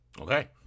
Okay